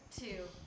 two